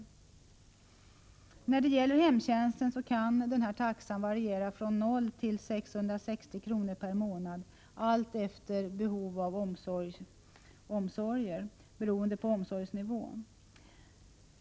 När det gäller hemtjänsten kan taxan variera från 0 till 660 kr. per månad allt efter omsorgsnivå.